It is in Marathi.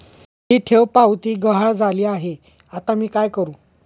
माझी ठेवपावती गहाळ झाली आहे, आता मी काय करु?